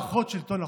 למערכות שלטון החוק.